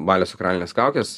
balio sakralines kaukes